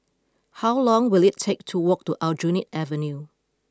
how long will it take to walk to Aljunied Avenue